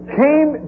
came